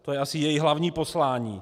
To je asi její hlavní poslání.